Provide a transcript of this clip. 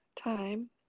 time